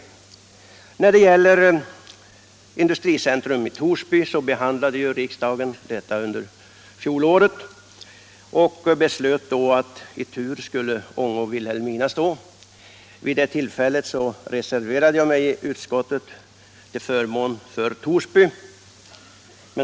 Riksdagen behandlade förra året frågan om ett industricentrum i Torsby men beslöt då att Ånge och Vilhelmina stod närmast i tur att få industricentra. Vid det tillfället reserverade jag mig i utskottet till förmån för Torsby.